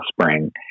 spring